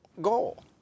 goal